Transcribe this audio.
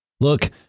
Look